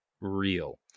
real